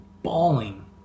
bawling